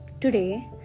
Today